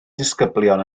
disgyblion